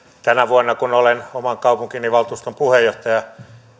tänä vuonna kun olen oman kaupunkini valtuuston puheenjohtaja